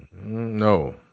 No